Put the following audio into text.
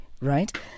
Right